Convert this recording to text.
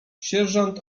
sierżant